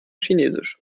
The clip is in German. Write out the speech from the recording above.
chinesisch